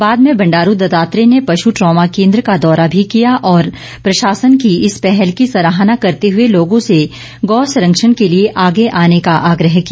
बाद में बंडारू दत्तात्रेय ने पशु ट्रामा केन्द्र का दौरा भी किया और प्रशासन की इस पहल की सराहना करते हुए लोगों से गौ संरक्षण के लिए आगे आने का आग्रह किया